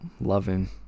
loving